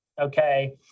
okay